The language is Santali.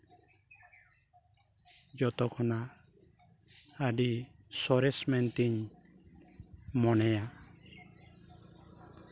ᱡᱚᱛᱚ ᱠᱷᱚᱱᱟᱜ ᱟᱹᱰᱤ ᱥᱚᱨᱮᱥ ᱢᱮᱱᱛᱤᱧ ᱢᱚᱱᱮᱭᱟ